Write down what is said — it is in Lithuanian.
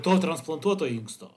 to transplantuoto inksto